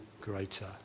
greater